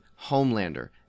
Homelander